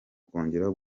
kongera